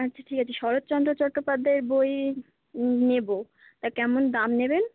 আচ্ছা ঠিক আছে শরৎচন্দ্র চট্টোপাধ্যায়ের বই নেবো তা কেমন দাম নেবেন